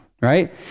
right